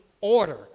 order